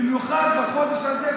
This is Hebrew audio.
במיוחד בחודש הזה,